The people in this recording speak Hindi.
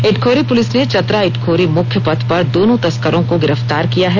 इटखोरी पुलिस ने चतरा इटखोरी मुख्य पथ पर दोनों तस्करों को गिरफ्तार किया है